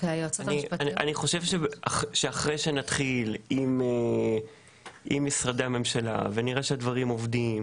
אני חושב שאחרי שנתחיל עם משרדי הממשלה ונראה שהדברים עובדים,